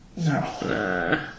No